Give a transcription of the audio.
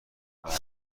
مردان